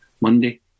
Monday